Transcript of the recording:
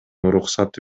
уруксаты